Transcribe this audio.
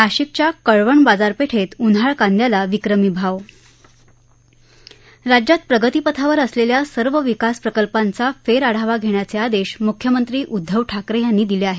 नाशिकच्या कळवण बाजारपेठेत उन्हाळ कांद्याला विक्रमी भाव राज्यात प्रगतीपथावर असलेल्या सर्व विकास प्रकल्पांचा फेरआढावा घेण्याचे आदेश म्ख्यमंत्री उद्धव ठाकरे यांनी दिले आहेत